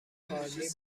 پارلی